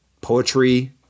poetry